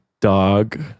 dog